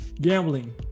gambling